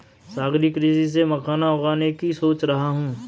सागरीय कृषि से मखाना उगाने की सोच रहा हूं